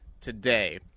today